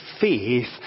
faith